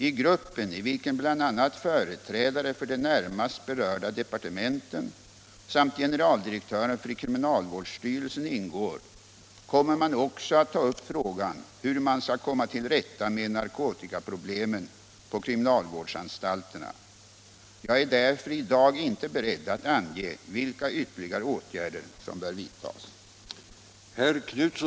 I gruppen, i vilken bl.a. företrädare för de närmast berörda departementen samt generaldirektören för kriminalvårdsstyrelsen ingår, kommer man också att ta upp frågan hur man skall komma till rätta med narkotikaproblemen på kriminalvårdsanstalterna. Jag är därför i dag inte beredd att ange vilka ytterligare åtgärder som bör vidtagas.